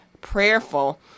prayerful